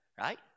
Right